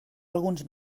alguns